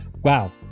Wow